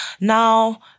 Now